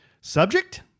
Subject